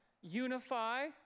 Unify